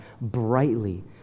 brightly